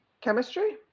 Chemistry